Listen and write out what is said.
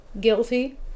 guilty